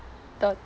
the